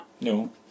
No